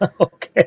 Okay